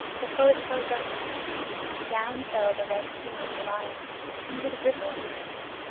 the poet tells us down fell the red skin of the lion into the river at his feet.